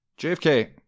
JFK